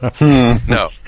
No